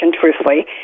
truthfully